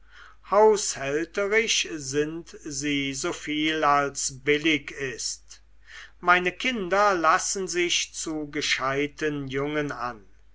haushälterisch sind sie so viel als billig ist meine kinder lassen sich zu gescheiten jungen an